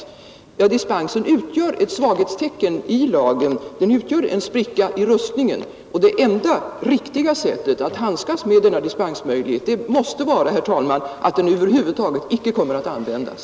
Dispensmöjligheten utgör en svaghet i lagen, en spricka i rustningen, och det enda riktiga sättet att handskas med denna dispensmöjlighet måste, herr talman, vara att den över huvud taget icke kommer att användas.